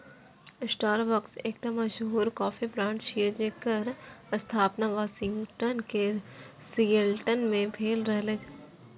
Starbucks एकटा मशहूर coffee brand छियै, जेकर स्थापना वाशिंगटन के सिएटल मे भेल रहै